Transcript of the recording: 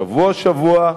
שבוע-שבוע,